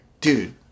dude